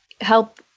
help